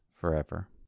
forever